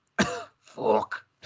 Fuck